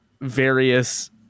various